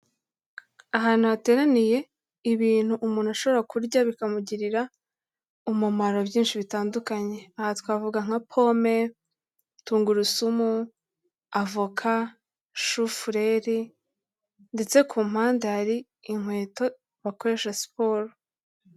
Ahantu hateraniye ibintu umuntu ashobora kurya bikamugirira umumaro byinshi bitandukanye, aha twavuga nka pome, tungurusumu, avoka, shufureri ndetse ku mpande hari inkweto bakoresha siporo.